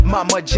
Mama